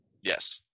yes